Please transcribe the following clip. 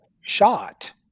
shot